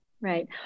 Right